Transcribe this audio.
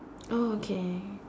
oh okay